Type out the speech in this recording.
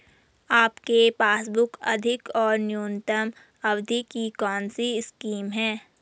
आपके पासबुक अधिक और न्यूनतम अवधि की कौनसी स्कीम है?